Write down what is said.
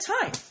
time